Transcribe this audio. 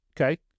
Okay